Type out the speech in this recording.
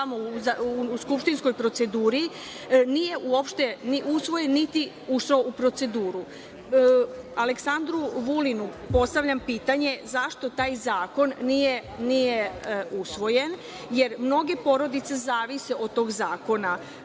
u skupštinskoj proceduri, nije ni usvojen, nije ni ušao u proceduru. Ministru, Aleksandru Vulinu, postavljam pitanje zašto taj zakon nije usvojen, jer mnoge porodice zavise od tog zakona,